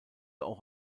auch